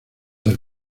del